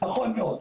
נכון מאוד.